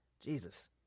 Jesus